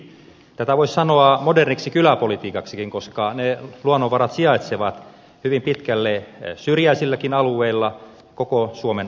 tätä voisi sanoa moderniksi kyläpolitiikaksikin koska ne luonnonvarat sijaitsevat hyvin pitkälle syrjäisilläkin alueilla koko suomen alueella